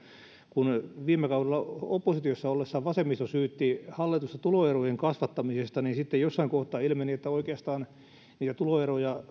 kun viime kaudella oppositiossa ollessaan vasemmisto syytti hallitusta tuloerojen kasvattamisesta niin sitten jossain kohtaa ilmeni että oikeastaan niitä tuloeroja